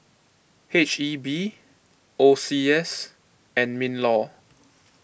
H E B O C S and MinLaw